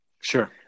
Sure